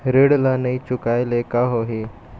ऋण ला नई चुकाए ले का होही?